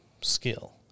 skill